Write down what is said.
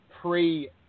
pre